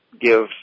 give